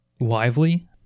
lively